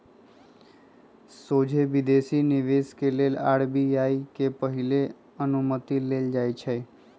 सोझे विदेशी निवेश के लेल आर.बी.आई से पहिले अनुमति लेल जाइ छइ